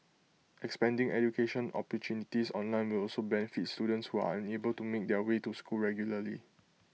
expanding education opportunities online will also benefit students who are unable to make their way to school regularly